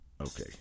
Okay